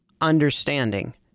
understanding